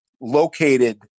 located